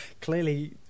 clearly